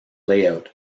layout